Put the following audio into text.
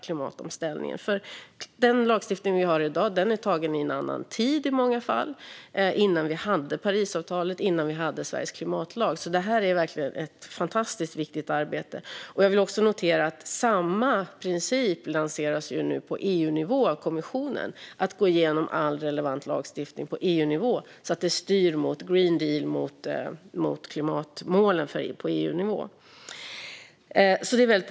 Den lagstiftning vi har i dag har i många fall antagits i en annan tid, innan vi hade Parisavtalet och Sveriges klimatlag. Det är verkligen ett fantastiskt viktigt arbete. Jag vill också betona att samma princip nu lanseras på EU-nivå av kommissionen. Man ska gå igenom all relevant lagstiftning på EU-nivå, så att den styr mot Green Deal, mot klimatmålen på EU-nivå. Det är positivt.